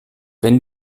wenn